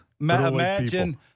imagine